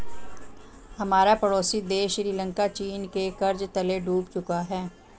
हमारा पड़ोसी देश श्रीलंका चीन के कर्ज तले डूब चुका है